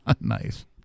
Nice